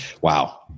wow